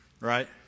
right